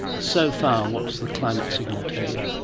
so far what does the climate signal tell you?